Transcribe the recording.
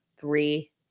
three